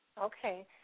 Okay